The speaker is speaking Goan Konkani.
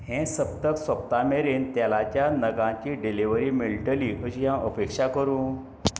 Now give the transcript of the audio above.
हें सप्तक सोंपता मेरेन तेलाच्या नगांची डिलिव्हरी मेळटली अशी हांव अपेक्षा करूं